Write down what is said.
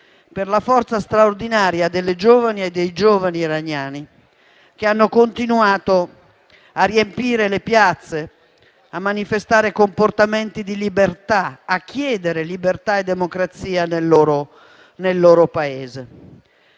per la forza straordinaria delle giovani e dei giovani iraniani che hanno continuato a riempire le piazze, a manifestare comportamenti di libertà, a chiedere libertà e democrazia nel loro Paese.